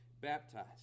baptized